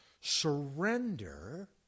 surrender